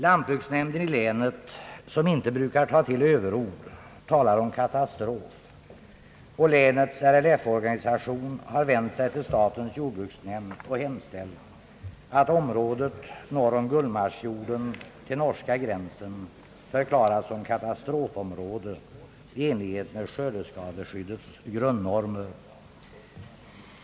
Lantbruksnämnden i länet, som inte brukar ta till överord, talar om katastrof, och länets RLF-organisation har vänt sig till statens jordbruksnämnd och hemställt, att området norr om Gullmarsfjorden till norska gränsen förklaras som katastrofområde i enlighet med skördeskadeskyddets grundnormer.